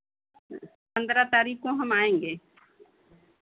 पंद्रह तारीख को हम आएंगे